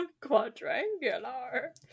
Quadrangular